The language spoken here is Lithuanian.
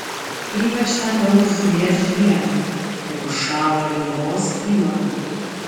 ypač ten daug žuvies žiemą kai užšąla rygos įlanka